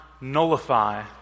nullify